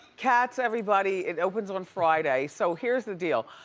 cats, everybody, it opens on friday. so here's the deal,